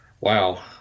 Wow